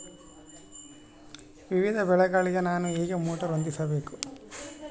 ವಿವಿಧ ಬೆಳೆಗಳಿಗೆ ನಾನು ಹೇಗೆ ಮೋಟಾರ್ ಹೊಂದಿಸಬೇಕು?